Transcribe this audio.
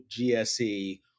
GSE